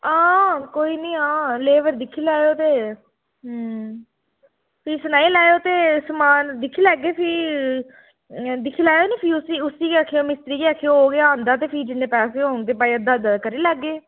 हां कोई निं हां लेबर दिक्खी लैएओ ते फ्ही सनाई लैएओ ते समान दिक्खी लैगे फ्ही दिक्खी लैएओ निं फ्ही उस्सी उस्सी गै आक्खेओ मिस्त्री ई बी आक्खेओ ते ओह् औंदा ते फ्ही जिन्ने पैसे होङन ते भाई अद्धा अद्धा करी लैह्गे